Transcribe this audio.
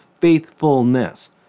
faithfulness